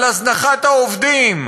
על הזנחת העובדים,